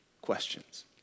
questions